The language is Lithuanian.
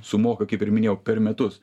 sumoka kaip ir minėjau per metus